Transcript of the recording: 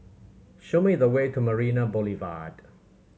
show me the way to Marina Boulevard